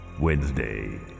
Wednesday